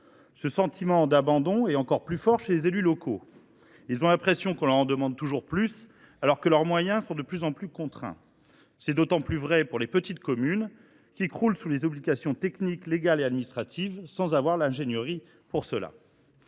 le sentiment d’abandon est encore plus fort chez les élus locaux. Ces derniers ont l’impression qu’on leur en demande toujours plus, alors que leurs moyens sont de plus en plus limités. C’est d’autant plus vrai pour les petites communes, qui croulent sous les obligations techniques, légales et administratives sans avoir l’ingénierie nécessaire.